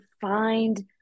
find